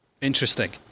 Interesting